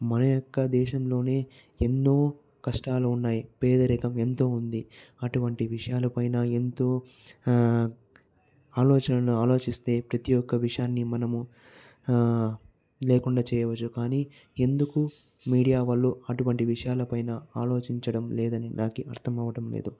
మన యొక్క దేశంలో ఎన్నో కష్టాలు ఉన్నాయి పేదరికం ఎంతో ఉంది అటువంటి విషయాలపైన ఎంతో ఆ ఆలోచనలు ఆలోచిస్తే ప్రతి ఒక్క విషయాన్ని మనము లేకుండా చేయవచ్చు కానీ ఎందుకు మీడియా వాళ్ళు అటువంటి విషయాలపైన ఆలోచించడం లేదని నాకు అర్థం అవ్వటం లేదు